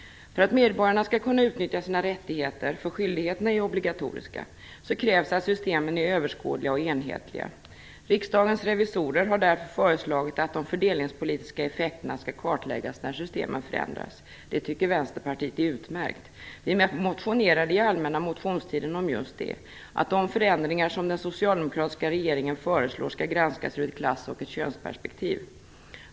För att medborgarna skall kunna utnyttja sina rättigheter, för skyldigheterna är obligatoriska, krävs att systemen är överskådliga och enhetliga. Riksdagens revisorer har därför föreslagit att de fördelningspolitiska effekterna skall kartläggas när systemen förändras. Det tycker Vänsterpartiet är utmärkt. Vi motionerade i allmänna motionstiden om just det, att de förändringar som den socialdemokratiska regeringen föreslår skall granskas ur ett klass och könsperspektiv.